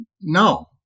no